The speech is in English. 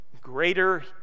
Greater